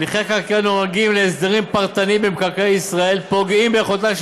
הליכי חקיקה הנוגעים להסדרים פרטניים במקרקעי ישראל פוגעים ביכולתה של